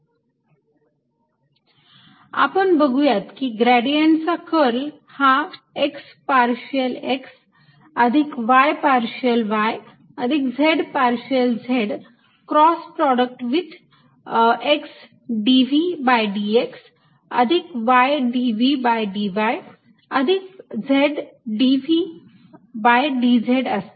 E0 implies E V V0 आपण बघूयात कि ग्रेडियंट चा कर्ल हा x पार्शियल x अधिक y पार्शियल y अधिक z partial z cross product with x dVdx अधिक y dVdy अधिक z dVdz असते